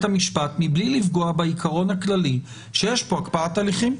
המשפט מבלי לפגוע בעקרון הכללי שיש פה הקפאת הליכים.